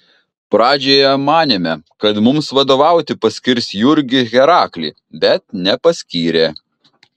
pradžioje manėme kad mums vadovauti paskirs jurgį heraklį bet nepaskyrė